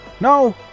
No